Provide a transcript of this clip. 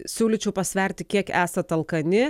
siūlyčiau pasverti kiek esat alkani